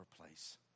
place